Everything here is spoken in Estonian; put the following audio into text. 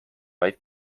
vaid